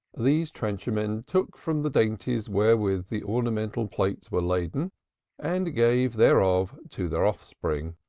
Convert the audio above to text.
these trencher-men took from the dainties wherewith the ornamental plates were laden and gave thereof to their offspring.